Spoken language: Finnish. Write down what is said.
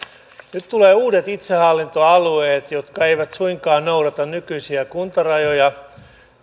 nyt tulee uudet itsehallintoalueet jotka eivät suinkaan noudata nykyisiä kuntarajoja